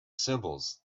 symbols